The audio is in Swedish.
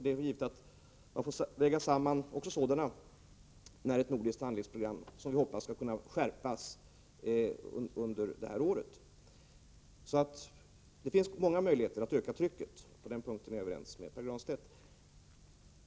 Det är givet att man får väga samman också sådana när ett, som vi hoppas, skärpt nordiskt handlingsprogram läggs fram under året. Det finns alltså många möjligheter att öka trycket, och på den punkten är jag överens med Pär Granstedt.